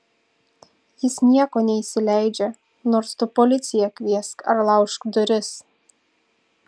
jis nieko neįsileidžia nors tu policiją kviesk ar laužk duris